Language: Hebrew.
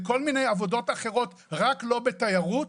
רק לא בתיירות,